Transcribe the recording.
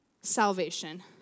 salvation